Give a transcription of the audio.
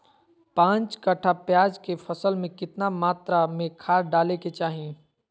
पांच कट्ठा प्याज के फसल में कितना मात्रा में खाद डाले के चाही?